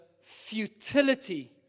futility